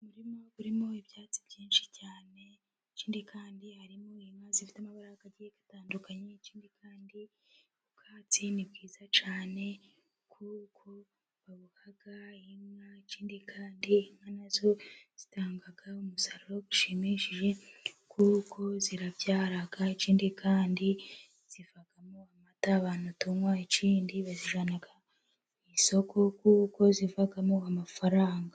Umurima urimo ibyatsi byinshi cyane. Ikindi kandi harimo inka zifite amabara atandukanye. Ikindi kandi ubwatsi ni bwiza cyane kuko babuha inka. Ikindi kandi inka na zo zitanga umusaruro ushimishije kuko zirabyara. Ikindi kandi zivamo amata abantu tunywa. Ikindi bazijyana ku isoko kuko zivamo amafaranga.